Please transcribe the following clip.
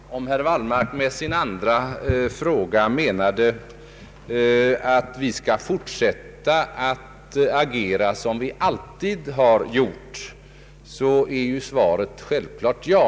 Herr talman! Om herr Wallmark med sin andra fråga menade att vi skulle fortsätta att agera som vi alltid har gjort, är svaret självklart ja.